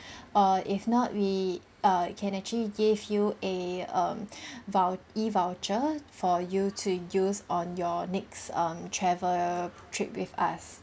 or if not we err can actually give you a um vou~ E voucher for you to use on your next um travel trip with us